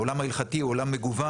העולם ההלכתי הוא עולם מגוון.